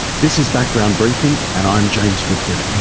this is background briefing and i'm james woodford.